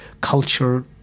culture